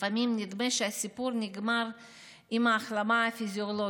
לפעמים נדמה שהסיפור נגמר עם ההחלמה הפיזיולוגית,